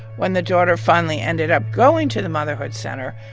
when the daughter finally ended up going to the motherhood center,